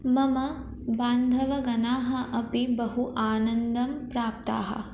मम बान्धवगणाः अपि बहु आनन्दं प्राप्ताः